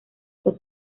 esas